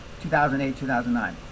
2008-2009